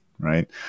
right